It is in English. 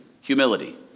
humility